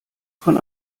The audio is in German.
von